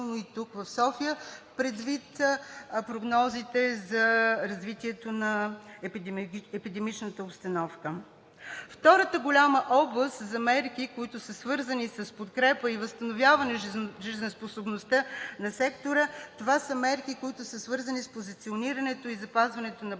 и тук в София, предвид прогнозите за развитието на епидемичната обстановка. Втората голяма област за мерки, които са свързани с подкрепа и възстановяване жизнеспособността на сектора, са мерки, които са свързани с позиционирането и запазването на